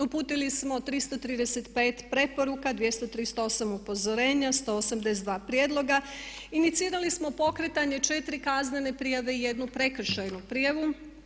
Uputili smo 335 preporuka, 238 upozorenja, 182 prijedloga, inicirali smo pokretanje 4 kaznene prijave i 1 prekršajnu prijavu.